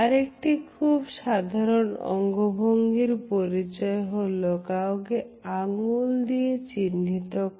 আরেকটি খুব সাধারণ অঙ্গভঙ্গির পরিচয় হলো কাউকে আঙুল দিয়ে চিহ্নিত করা